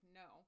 no